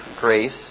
grace